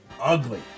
ugly